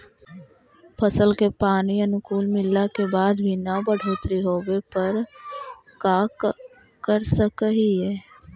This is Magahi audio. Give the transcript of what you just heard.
फसल के पानी अनुकुल मिलला के बाद भी न बढ़ोतरी होवे पर का कर सक हिय?